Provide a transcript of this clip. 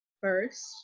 first